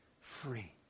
free